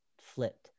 flipped